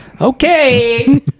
Okay